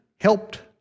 helped